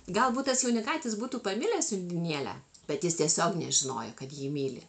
galbūt tas jaunikaitis būtų pamilęs undinėlę bet jis tiesiog nežinojo kad jį myli